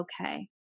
okay